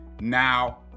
Now